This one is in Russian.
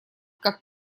как